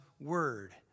word